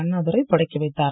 அண்ணாதுரை தொடங்கி வைத்தார்